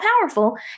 powerful